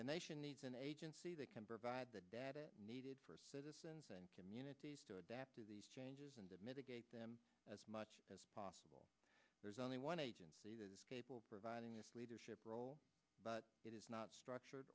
the nation needs an agency that can provide the data needed for citizens and communities to adapt to these changes and mitigate them as much as possible there's only one agency that is providing a leadership role but it is not structured